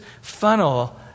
funnel